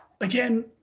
again